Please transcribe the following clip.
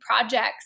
projects